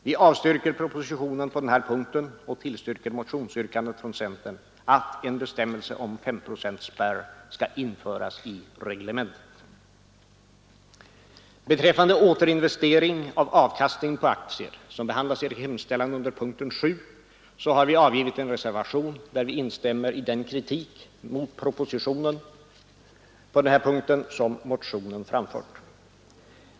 Vi avstyrker propositionen på den här punkten och tillstyrker motionsyrkandet från centern att en bestämmelse om S-procentsspärr skall införas i reglementet. Beträffande återinvestering av avkastningen på aktier, som behandlas i hemställan under punkten 7, har vi avgivit en reservation där vi instämmer i den kritik mot propositionen på den här punkten som motionen framfört.